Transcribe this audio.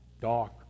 dark